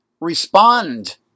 respond